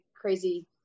crazy